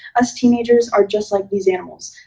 us teenagers are just like these animals.